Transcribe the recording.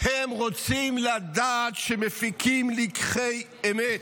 הם רוצים לדעת שמפיקים לקחי אמת.